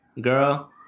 Girl